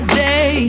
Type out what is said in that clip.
day